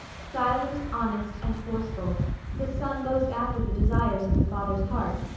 silent, honest, and forceful the son most after the desires of the father's heart,